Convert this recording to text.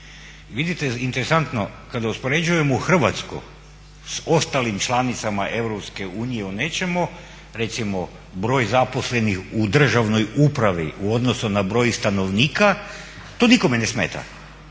Vidite interesantno, kada uspoređujemo Hrvatsku s ostalim članicama EU u nečemu, recimo broj zaposlenih u državnoj upravi u odnosu na broj stanovnika, to nikome ne smeta.